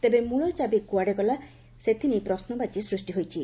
ତେବେ ମୂଳଚାବି କୁଆଡେ ଗଲା ସେଥିନେଇ ପ୍ରଶ୍ୱବାଚୀ ସୃଷ୍ ହୋଇଛି